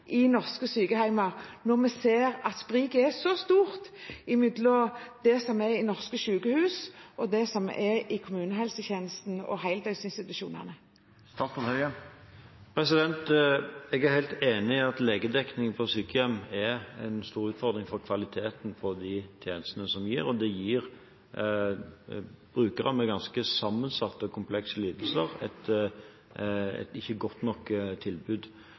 i norske sykehjem, når vi ser at spriket er så stort mellom det som er i norske sykehus, og det som er i kommunehelsetjenesten og heldøgnsinstitusjonene? Jeg er helt enig i at legedekningen på sykehjem er en stor utfordring for kvaliteten på de tjenestene som gis, og det gir brukere med ganske sammensatte, komplekse lidelser et tilbud som ikke er godt nok.